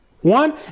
one